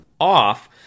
off